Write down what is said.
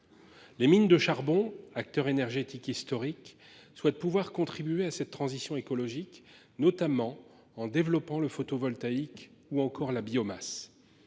Les mines de charbon, acteurs énergétiques historiques, doivent pouvoir contribuer à cette transition écologique, notamment par le développement du photovoltaïque ou encore de l’usage